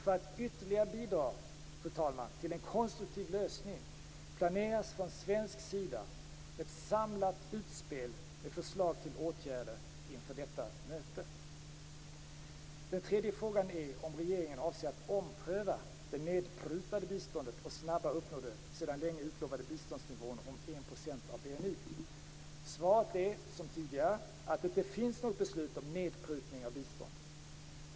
För att ytterligare bidra till en konstruktiv lösning, fru talman, planeras från svensk sida ett samlat utspel med förslag till åtgärder inför detta möte. Den tredje frågan är om regeringen avser att ompröva det nedprutade biståndet och snabbare uppnå den sedan länge utlovade biståndsnivån om 1 % av Svaret är, som tidigare, att det inte finns något beslut om nedprutning av biståndet.